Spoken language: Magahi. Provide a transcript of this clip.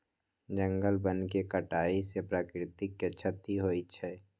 जंगल वन के कटाइ से प्राकृतिक के छति होइ छइ